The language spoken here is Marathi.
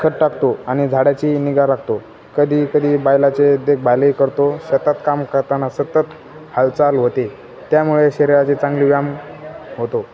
खत टाकतो आणि झाडाची निगा राखतो कधी कधी बायलाचे देखभालही करतो सतत काम करताना सतत हालचाल होते त्यामुळे शरीराची चांगली व्यायाम होतो